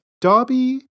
Dobby